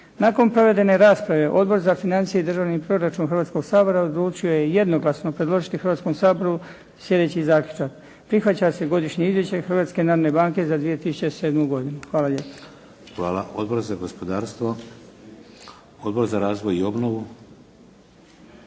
Nakon provedene rasprave Odbor za financije i državni proračun Hrvatskoga sabora odlučio je jednoglasno predložiti Hrvatskom saboru sljedeći zaključak: Prihvaća se godišnje izvješće Hrvatske narodne banke za 2007. godinu. Hvala lijepo. **Šeks, Vladimir (HDZ)** Hvala. Odbor za gospodarstvo? Odbor za razvoj i obnovu?